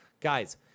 Guys